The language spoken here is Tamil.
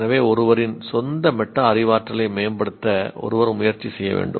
எனவே ஒருவரின் சொந்த மெட்டா அறிவாற்றலை மேம்படுத்த ஒருவர் முயற்சி செய்ய வேண்டும்